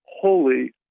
holy